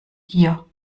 gier